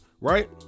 right